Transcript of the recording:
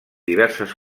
diverses